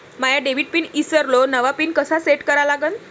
माया debit pin ईसरलो, नवा pin कसा सेट करा लागन?